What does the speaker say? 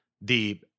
The-